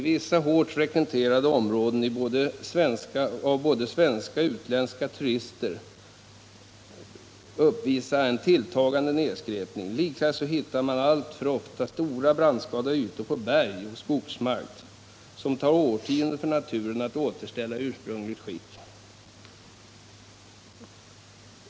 I vissa områden som är hårt frekventerade av både svenska och utländska turister förekommer en tilltagande nedskräpning. Likaså hittar man alltför ofta stora brandskadade ytor på berg och skogsmark, som det tar årtionden för naturen att återställa i ursprungligt tillstånd.